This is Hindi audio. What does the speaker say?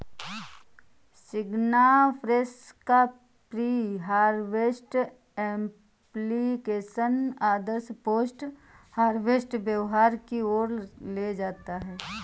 सिग्नाफ्रेश का प्री हार्वेस्ट एप्लिकेशन आदर्श पोस्ट हार्वेस्ट व्यवहार की ओर ले जाता है